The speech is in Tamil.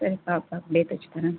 சரி சார் அப்போ அப்படியே தச்சுத்தரேன்